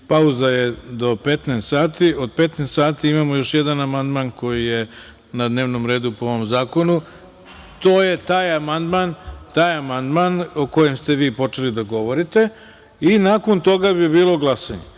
pauza do 15.00 časova. Od 15.00 časova imamo još jedan amandman koji je na dnevnom redu po ovom zakonu. To je taj amandman o kojem ste vi počeli da govorite. Nakon toga bi bilo glasanje.